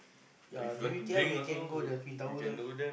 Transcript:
yea maybe K_L we can go the twin tower